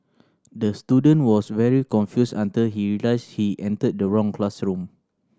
the student was very confused until he realised he entered the wrong classroom